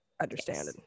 understand